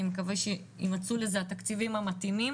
אני מקווה שיימצאו לזה התקציבים המתאימים.